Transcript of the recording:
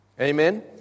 Amen